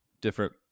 different